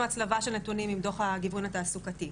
הצלבה של נתונים עם דוח הגיוון התעסוקתי.